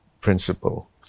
principle